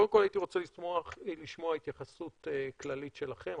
קודם כול הייתי רוצה לשמוע התייחסות כללית שלכם,